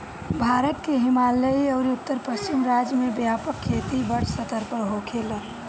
भारत के हिमालयी अउरी उत्तर पश्चिम राज्य में व्यापक खेती बड़ स्तर पर होखेला